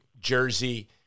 Jersey—